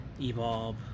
Evolve